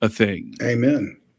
Amen